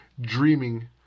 dreaming